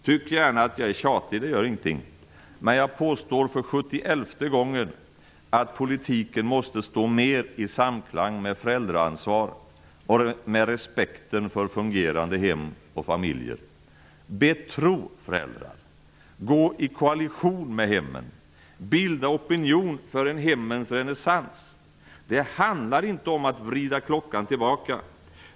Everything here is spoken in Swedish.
Tyck gärna att jag är tjatig, det gör ingenting. Men jag påstår för sjuttioelfte gången att politiken måste stå mer i samklang med föräldraansvar och med respekten för fungerande hem och familjer. Betro föräldrar. Gå i koalition med hemmen. Bilda opinion för en hemmens renässans. Det handlar inte om att vrida klockan tillbaka.